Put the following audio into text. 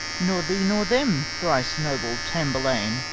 nor thee nor them, thrice-noble tamburlaine,